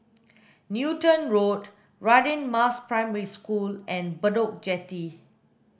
Newton Road Radin Mas Primary School and Bedok Jetty